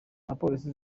abapolisi